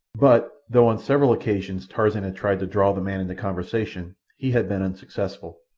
but, though on several occasions tarzan had tried to draw the man into conversation, he had been unsuccessful.